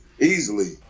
easily